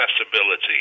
accessibility